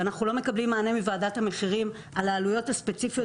אנחנו לא מקבלים מענה מוועדת המחירים על העליות הספציפיות.